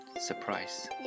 surprise